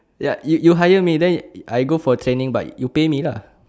ya you you hire me then I go for training but you pay me lah